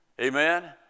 Amen